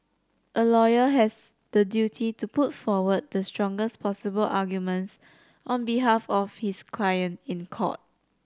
a lawyer has the duty to put forward the strongest possible arguments on behalf of his client in court